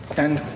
and